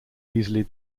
easily